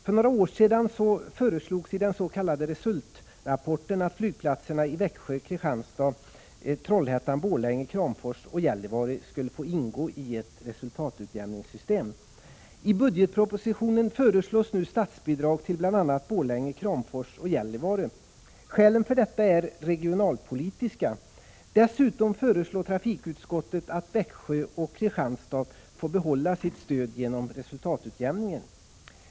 För några år sedan föreslogs i den s.k. RESULT-rapporten att flygplatserna i Växjö, Kristianstad, Trollhättan, Borlänge, Kramfors och Gällivare skulle få ingå i ett resultatutjämningssystem. I budgetpropositionen föreslås nu statsbidrag till bl.a. Borlänge, Kramfors och Gällivare. Skälen för detta är regionalpolitiska. Dessutom föreslår trafikutskottet att Växjö och Kristianstad får behålla sitt stöd enligt gällande avtal.